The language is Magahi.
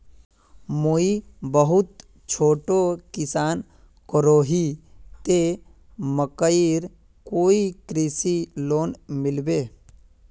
मुई बहुत छोटो किसान करोही ते मकईर कोई कृषि लोन मिलबे?